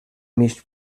mig